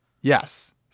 yes